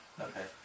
Okay